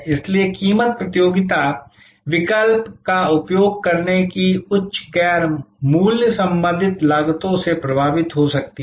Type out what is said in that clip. इसलिए कीमत प्रतियोगिता विकल्प का उपयोग करने की उच्च गैर मूल्य संबंधित लागतों से प्रभावित हो सकती है